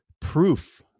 proof